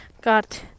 got